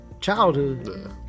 childhood